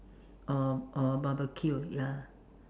or or barbecued ya